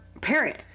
parent